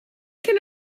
can